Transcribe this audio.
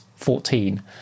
14